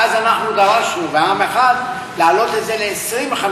ואז אנחנו דרשנו, בעם אחד, להעלות את זה ל-25%.